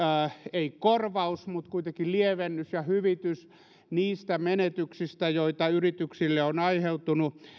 ei korvaus mutta kuitenkin lievennys ja hyvitys niistä menetyksistä joita yrityksille on aiheutunut